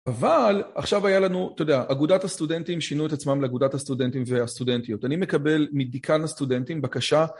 אבל עכשיו היה לנו, אתה יודע, אגודת הסטודנטים שינו את עצמם לאגודת הסטודנטים והסטודנטיות. אני מקבל מדיקן הסטודנטים, בבקשה.